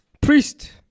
priest